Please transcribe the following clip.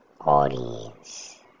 audience